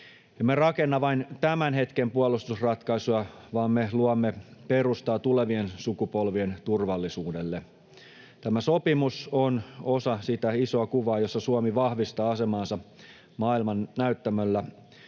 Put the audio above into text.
Emme rakenna vain tämän hetken puolustusratkaisua, vaan me luomme perustaa tulevien sukupolvien turvallisuudelle. Tämä sopimus on osa sitä isoa kuvaa, jossa Suomi vahvistaa asemaansa maailman näyttämöllä,